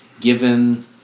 given